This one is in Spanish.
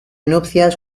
nupcias